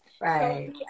Right